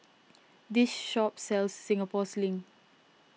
this shop sells Singapore Sling